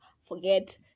forget